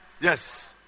yes